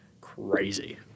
crazy